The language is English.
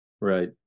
right